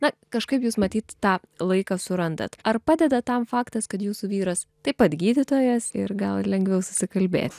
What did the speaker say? na kažkaip jūs matyt tą laiką surandat ar padeda tam faktas kad jūsų vyras taip pat gydytojas ir gal lengviau susikalbėt